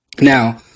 Now